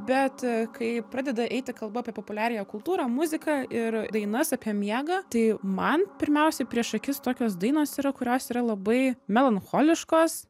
bet kai pradeda eiti kalba apie populiariąją kultūrą muziką ir dainas apie miegą tai man pirmiausiai prieš akis tokios dainos yra kurios yra labai melancholiškos